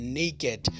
naked